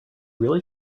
really